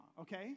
okay